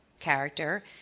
character